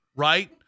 Right